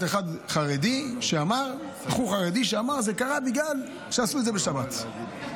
אחד חרדי שאמר: זה קרה בגלל שעשו את זה בשבת.